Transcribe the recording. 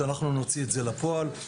אנחנו נוציא את זה לפועל.